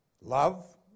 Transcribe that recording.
love